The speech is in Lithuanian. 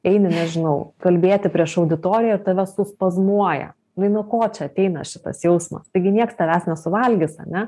eini nežinau kalbėti prieš auditoriją ir tave su spazmuoja nuo ko čia ateina šitas jausmas taigi nieks tavęs nesuvalgys ane